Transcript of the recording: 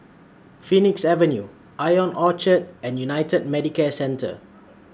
Phoenix Avenue Ion Orchard and United Medicare Centre